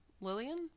Lillian